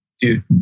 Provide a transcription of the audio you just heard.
Dude